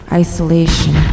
isolation